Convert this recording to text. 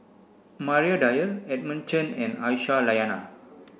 Maria Dyer Edmund Chen and Aisyah Lyana